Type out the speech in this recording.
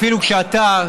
אפילו כשאתה,